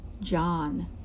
John